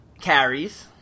carries